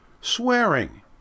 Swearing